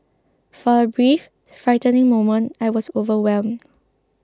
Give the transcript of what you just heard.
for a brief frightening moment I was overwhelmed